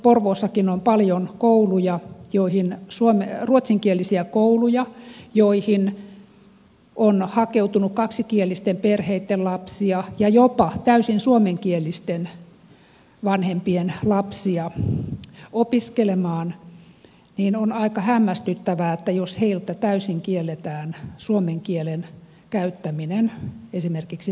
porvoossakin on paljon ruotsinkielisiä kouluja joihin on hakeutunut kaksikielisten perheitten lapsia ja jopa täysin suomenkielisten vanhempien lapsia opiskelemaan ja on aika hämmästyttävää jos heiltä täysin kielletään suomen kielen käyttäminen esimerkiksi välitunneilla